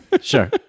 Sure